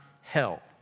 hell